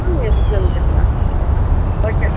நீங்கள் கொடுத்து அனுப்பிடுங்க ஓகே